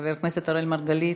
חבר הכנסת אראל מרגלית,